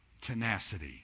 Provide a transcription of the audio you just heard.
tenacity